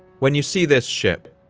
when you see this ship,